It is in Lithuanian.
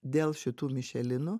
dėl šitų mišelinų